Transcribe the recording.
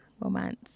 romance